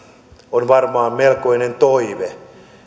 on varmaan melkoinen toive